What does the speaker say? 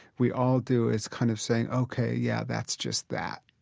we all do, is kind of saying, ok, yeah, that's just that.